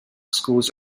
schools